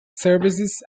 services